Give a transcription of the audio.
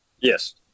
Yes